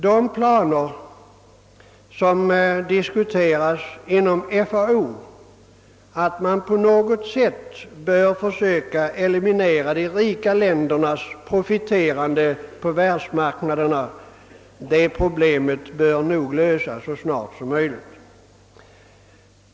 De planer som diskuteras inom FAO — att man på något sätt bör försöka eliminera de rika ländernas profiterande på världsmarknaderna — bör nog lösas så snart som möjligt.